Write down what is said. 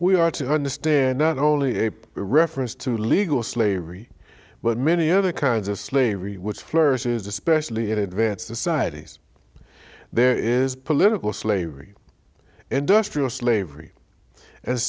we are to understand not only a reference to legal slavery but many other kinds of slavery which flourishes especially in advance the sideways there is political slavery industrial slavery and